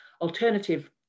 alternative